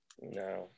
No